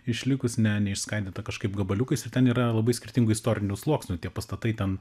išlikus ne neišskaidyta kažkaip gabaliukais ir ten yra labai skirtingų istorinių sluoksnių tie pastatai ten